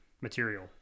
material